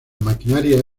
maquinaria